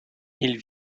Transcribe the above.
ils